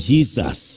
Jesus